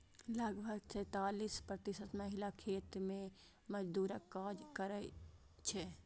लगभग सैंतालिस प्रतिशत महिला खेत मजदूरक काज करै छै